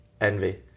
envy